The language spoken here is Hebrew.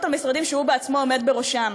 על משרדים שהוא עצמו עומד בראשם.